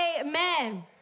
Amen